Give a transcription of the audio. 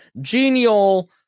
genial